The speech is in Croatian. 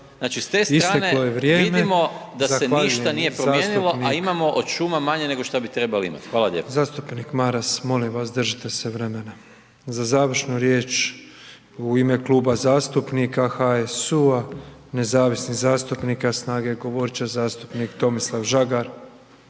zastupnik./… … da se ništa nije promijenilo a imamo od šuma manje nego šta bi trebali imati, hvala lijepo. **Petrov, Božo (MOST)** Zastupnik Maras, molim vas, držite se vremena. Za završnu riječ u ime Kluba zastupnika HSU-a, nezavisnih zastupnika i SNAGA-e govorit će zastupnik Tomislav Žagar.